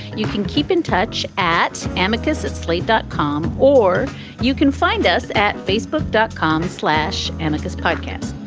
you can keep in touch at amicus, at slate, dot com, or you can find us at facebook dot com slash amicus podcast.